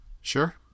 Sure